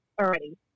already